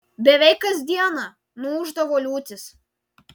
beveik kas dieną nuūždavo liūtys